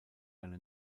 eine